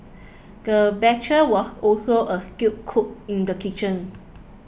the butcher was also a skilled cook in the kitchen